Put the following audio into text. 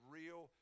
real